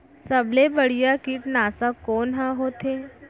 सबले बढ़िया कीटनाशक कोन ह होथे?